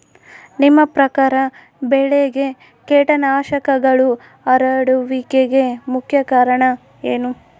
ನಿಮ್ಮ ಪ್ರಕಾರ ಬೆಳೆಗೆ ಕೇಟನಾಶಕಗಳು ಹರಡುವಿಕೆಗೆ ಮುಖ್ಯ ಕಾರಣ ಏನು?